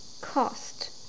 Cost